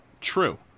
true